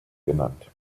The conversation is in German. genannt